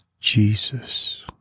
Jesus